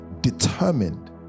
determined